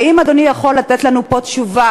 האם אדוני יכול לתת לנו פה תשובה,